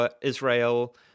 Israel